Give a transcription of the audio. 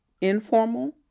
informal